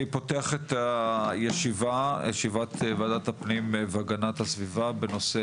אני פותח את הישיבה של ועדת הפנים והגנת הסביבה בנושא